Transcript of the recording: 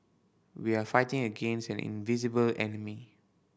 we are fighting against an invisible enemy